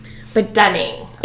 stunning